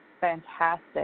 fantastic